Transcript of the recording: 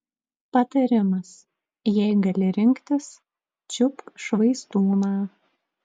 patarimas jei gali rinktis čiupk švaistūną